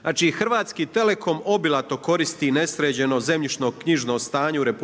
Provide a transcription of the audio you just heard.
Znači HT obilato koristi nesređeno zemljišno-knjižno stanje u RH